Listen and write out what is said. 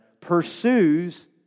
pursues